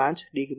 5 degree